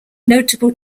notable